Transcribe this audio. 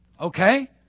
Okay